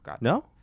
No